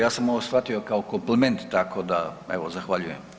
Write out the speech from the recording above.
Ja sam ovo shvatio kao kompliment tako da evo zahvaljujem.